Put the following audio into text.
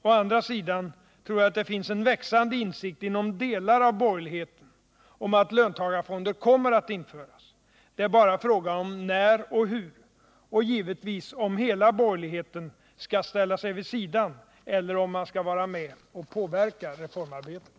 Å andra sidan tror jag det finns en växande insikt inom delar av borgerligheten om att löntagarfonder kommer att införas. Det är bara frågan om när och hur — och givetvis om hela borgerligheten skall ställa sig vid sidan, eller om den skall vara med och påverka reformarbetet.